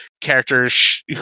characters